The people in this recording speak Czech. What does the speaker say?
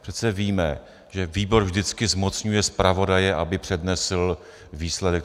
Přece víme, že výbor vždycky zmocňuje zpravodaje, aby přednesl výsledek.